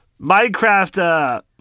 minecraft